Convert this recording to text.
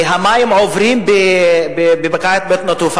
המים עוברים בבקעת בית-נטופה,